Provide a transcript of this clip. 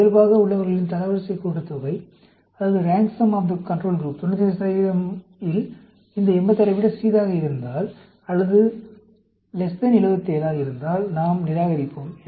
இயல்பாக உள்ளவர்களின் தரவரிசை கூட்டுத்தொகை 95 இல் இந்த 86 ஐ விட சிறியதாக இருந்தால் this 86 அல்லது 77 நாம் நிராகரிப்போம்